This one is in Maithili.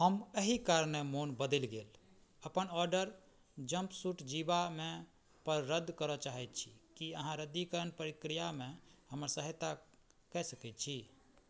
हमर एहि कारणे मोन बदैलि गेल अपन ऑर्डर जम्पसूट जीबामे पर रद्द करऽ चाहैत छी की आहाँ रद्दीकरण प्रक्रियामे हमर सहायता कऽ सकैत छी